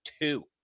two